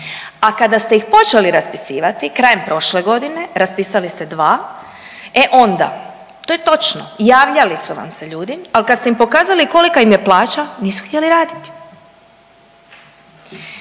A kada ste ih počeli raspisivati krajem prošle godine raspisali ste dva, e onda to je točno javljali su nam se ljudi. Ali kada ste im pokazali kolika im je plaća nisu htjeli raditi.